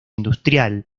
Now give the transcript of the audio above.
industrial